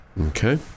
Okay